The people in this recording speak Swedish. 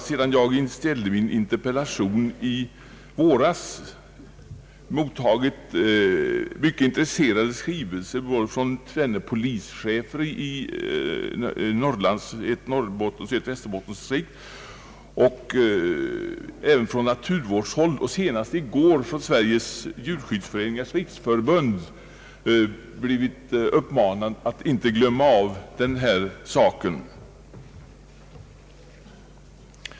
Sedan jag ställde min interpellation i våras har jag mottagit mycket intresserade skrivelser både från två polischefer i Norrbottensoch Västerbottensdistrikt och från naturvårdshåll. Jag blev senast i går av Sveriges Djurskyddsföreningars riksförbund uppmanad att inte glömma bort denna sak.